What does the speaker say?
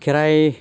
खेराइ